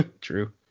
True